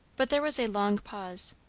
but there was a long pause.